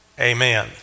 Amen